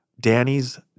Danny's